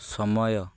ସମୟ